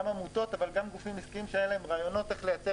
גם עמותות אבל גם גופים עסקיים שהיו להם רעיונות איך לייצר